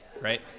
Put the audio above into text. right